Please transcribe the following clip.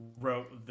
wrote